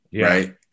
Right